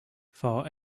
for